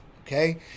Okay